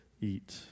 eat